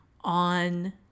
on